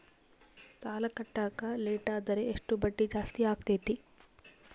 ಸಾಲ ಕಟ್ಟಾಕ ಲೇಟಾದರೆ ಎಷ್ಟು ಬಡ್ಡಿ ಜಾಸ್ತಿ ಆಗ್ತೈತಿ?